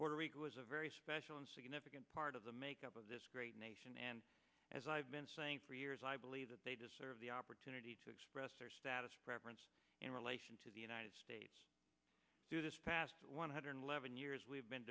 puerto rico was a very special and significant part of the makeup of this great nation and as i've been saying for years i believe that they deserve the opportunity to express their status preference in relation to the united states to this past one hundred eleven years we've been